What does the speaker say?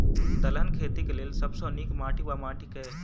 दलहन खेती केँ लेल सब सऽ नीक माटि वा माटि केँ?